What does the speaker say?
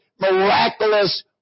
miraculous